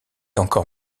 encore